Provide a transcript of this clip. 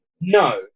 No